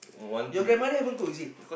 your grandmother haven't cook is it